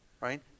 Right